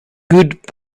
good